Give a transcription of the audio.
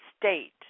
state